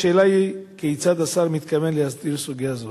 השאלה היא: כיצד השר מתכוון להסדיר סוגיה זו?